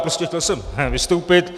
Prostě chtěl jsem vystoupit.